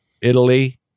Italy